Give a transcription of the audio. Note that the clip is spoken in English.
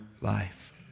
life